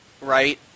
right